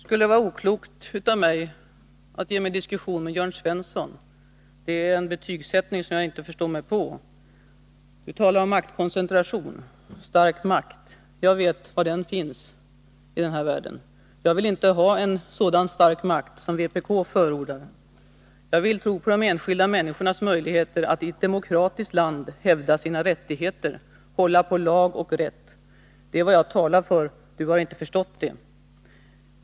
Herr talman! Skulle det vara oklokt av mig att ge mig in i en diskussion med Jörn Svensson? Det är en betygsättning som jag inte förstår mig på. Jörn Svensson talar om maktkoncentration och stark makt. Jag vet var den finns här i världen. Jag vill inte ha en sådan stark makt som vpk förordar. Jag vill tro på de enskilda människornas möjligheter att i ett demokratiskt land hävda sina rättigheter och hålla på lag och rätt. Det är vad jag talar för. Jörn Svensson har inte förstått det.